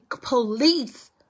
police